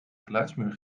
geluidsmuur